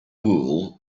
wool